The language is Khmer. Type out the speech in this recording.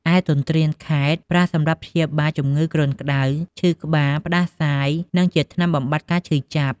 ឯទន្ទ្រានខែត្រ ប្រើសម្រាប់ព្យាបាលជំងឺគ្រុនក្ដៅ ឈឺក្បាល ផ្តាសាយ និងជាថ្នាំបំបាត់ការឈឺចាប់។